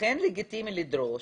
אכן לגיטימי לדרוש,